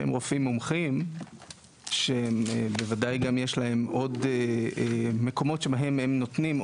שהם רופאים מומחים שבוודאי גם יש להם עוד מקומות שבהם הם נותנים,